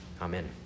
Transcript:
Amen